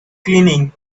cleaning